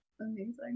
amazing